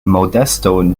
modesto